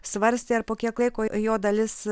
svarstė ar po kiek laiko jo dalis